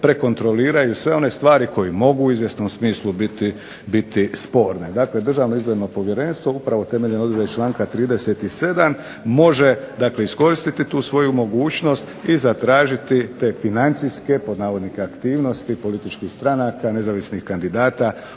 prekontroliraju sve one stvari koje mogu u izvjesnom smislu biti sporne. Dakle, Državno izborno povjerenstvo upravo temeljem odredbe članka 37. može, dakle iskoristiti tu svoju mogućnost i zatražiti te financijske pod navodnike aktivnosti političkih stranaka, nezavisnih kandidata